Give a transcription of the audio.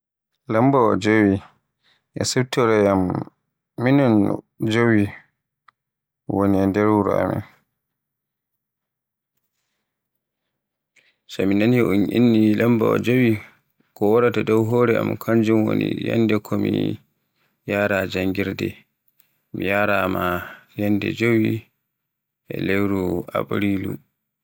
Lambaawa jowi e siforoyam, minon jowi woni nder wuro amin, so mi ninani un inni lambaawa jowi ko waraata dow hore am kanjum woni ñyalde ko mi yaara janngirde. Mi yaara ma ñyalde jowi ko lewru abrilu.